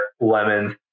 lemons